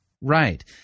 Right